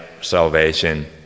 salvation